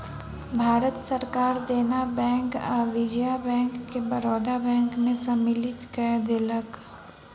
भारत सरकार देना बैंक आ विजया बैंक के बड़ौदा बैंक में सम्मलित कय देलक